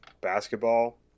basketball